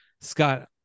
Scott